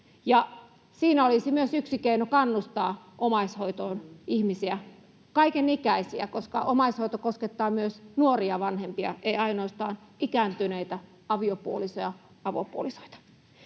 siinä olisi myös yksi keino kannustaa omaishoitoon ihmisiä, kaikenikäisiä, koska omaishoito koskettaa myös nuoria vanhempia, ei ainoastaan ikääntyneitä aviopuolisoita